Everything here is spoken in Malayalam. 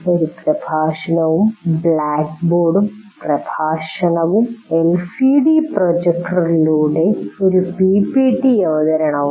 ഒരു പ്രഭാഷണവും ബ്ലാക്ക്ബോർഡും പ്രഭാഷണവും എൽസിഡി പ്രൊജക്ടറിലൂടെ ഒരു പിപിടി അവതരണവും